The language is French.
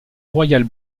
royale